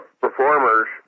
performers